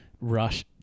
Rush